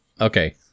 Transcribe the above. Okay